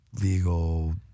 legal